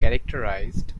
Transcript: characterised